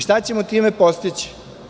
Šta ćemo time postići?